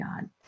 God